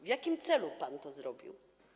W jakim celu pan to zrobił?